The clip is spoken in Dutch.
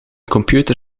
computer